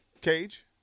cage